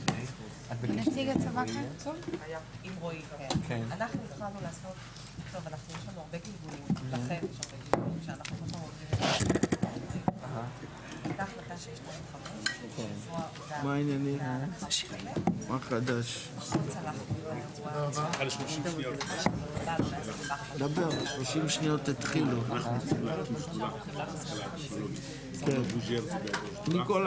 בשעה 10:40.